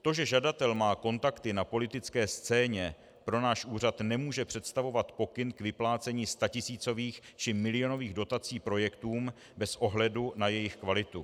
To, že žadatel má kontakty na politické scéně, pro náš úřad nemůže představovat pokyn k vyplácení statisícových či milionových dotací projektům bez ohledu na jejich kvalitu.